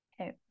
Okay